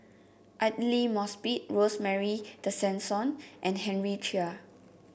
Aidli Mosbit Rosemary Tessensohn and Henry Chia